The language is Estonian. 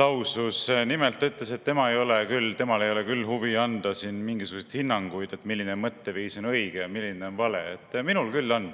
lausus. Nimelt ta ütles, et temal ei ole küll huvi anda siin mingisuguseid hinnanguid, milline mõtteviis on õige ja milline on vale. Minul küll on.